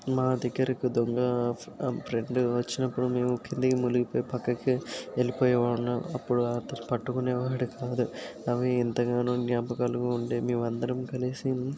మా దగ్గరకు దొంగ ఫ్రెండ్ వచ్చినప్పుడు మేము కిందకి మునిగిపోయి పక్కకి వెళ్లిపోయే వాళ్ళం అప్పుడు అతను పట్టుకునే వాడు కాదు అవి ఎంతగానో జ్ఞాపకాలుగా ఉండే మేమందరం కలిసి